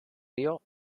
río